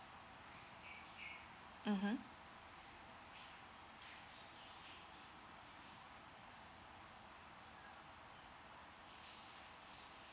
mmhmm